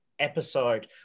episode